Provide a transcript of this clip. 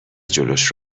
جلوش